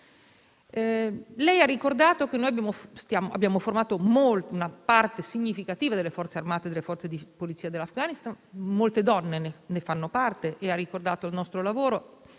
Ha ricordato che abbiamo formato una parte significativa delle Forze armate e delle Forze di polizia dell'Afghanistan. Molte donne ne fanno parte e ha ricordato il nostro lavoro.